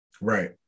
Right